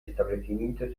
establecimientos